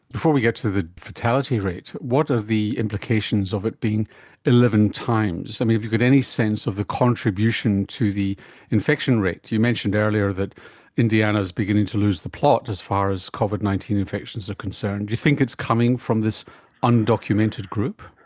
before we get to the fatality rate, what are the implications of it being eleven times? i mean, have you got any sense of the contribution to the infection rate? you mentioned earlier that indiana is beginning to lose the plot as far as covid nineteen infections are concerned, do you think it's coming from this undocumented group?